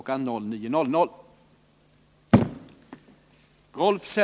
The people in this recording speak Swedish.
09.00.”